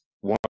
one